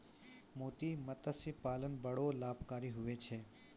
मोती मतस्य पालन बड़ो लाभकारी हुवै छै